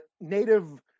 native